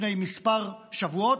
לפני כמה שבועות.